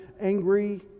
angry